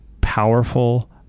powerful